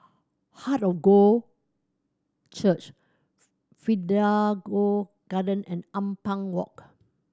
Heart of God Church Garden and Ampang Walk